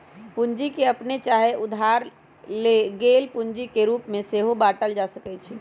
पूंजी के अप्पने चाहे उधार लेल गेल पूंजी के रूप में सेहो बाटल जा सकइ छइ